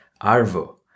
Arvo